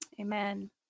Amen